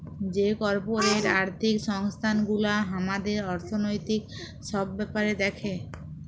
যে কর্পরেট আর্থিক সংস্থান গুলা হামাদের অর্থনৈতিক সব ব্যাপার দ্যাখে